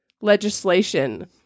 legislation